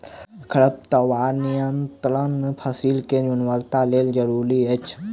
खरपतवार नियंत्रण फसील के गुणवत्ताक लेल जरूरी अछि